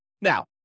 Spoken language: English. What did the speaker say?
Now